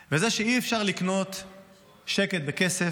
וזה שאי-אפשר לקנות שקט בכסף,